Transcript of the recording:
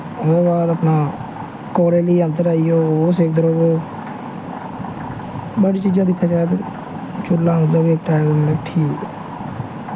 एह्दे बाद अपना कोले दे कैंकर आई गे ओह् सेकदे र'वो बड़ी चीजां दिक्खेआ जाए ते चूह्ला मतलब कि सारें कोला ठीक ऐ